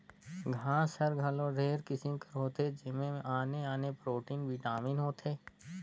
घांस हर घलो ढेरे किसिम कर होथे जेमन में आने आने प्रोटीन, बिटामिन होथे